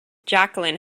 jacqueline